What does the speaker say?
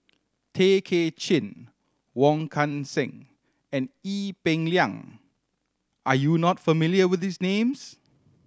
Tay Kay Chin Wong Kan Seng and Ee Peng Liang are you not familiar with these names